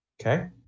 Okay